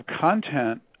content